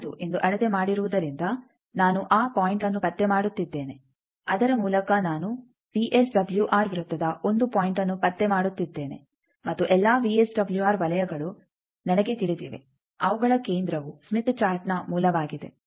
5 ಎಂದು ಅಳತೆ ಮಾಡಿರುವುದರಿಂದ ನಾನು ಆ ಪಾಯಿಂಟ್ಅನ್ನು ಪತ್ತೆ ಮಾಡುತ್ತಿದ್ದೇನೆ ಅದರ ಮೂಲಕ ನಾನು ವಿಎಸ್ಡಬ್ಲ್ಯೂಆರ್ ವೃತ್ತದ 1 ಪಾಯಿಂಟ್ಅನ್ನು ಪತ್ತೆ ಮಾಡುತ್ತಿದ್ದೇನೆ ಮತ್ತು ಎಲ್ಲಾ ವಿಎಸ್ಡಬ್ಲ್ಯೂಆರ್ ವಲಯಗಳು ನನಗೆ ತಿಳಿದಿವೆ ಅವುಗಳ ಕೇಂದ್ರವು ಸ್ಮಿತ್ ಚಾರ್ಟ್ನ ಮೂಲವಾಗಿದೆ